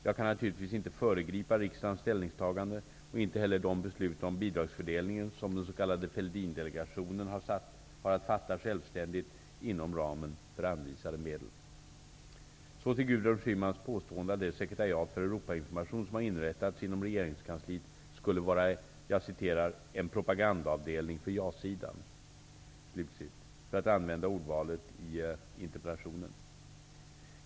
Jag kan naturligtvis inte föregripa riksdagens ställningstagande och inte heller de beslut om bidragsfördelningen som den s.k. Fälldindelegationen har att fatta självständigt inom ramen för anvisade medel. Så till Gudrun Schymans påstående att det sekretariat för Europainformation som har inrättats inom regeringskansliet skulle vara en ''propagandaavdelning för ja-sidan'' -- för att använda ordvalet i interpellationen.